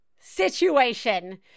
situation